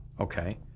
Okay